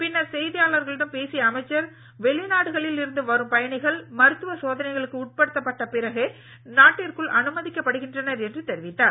பின்னர் செய்தியாளர்களிடம் பேசிய அமைச்சர் வெளிநாடுகளில் இருந்து வரும் பயணிகள் மருத்துவ சோதனைகளுக்கு உட்படுத்தப்பட்ட பிறகே நாட்டிற்குள் அனுமதிக்கப்படுகின்றனர் என தெரிவித்தார்